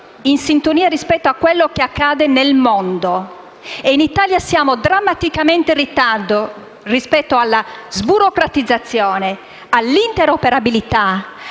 in sintonia rispetto a quello che accade nel mondo e in Italia siamo drammaticamente in ritardo rispetto alla sburocratizzazione, all'interoperabilità,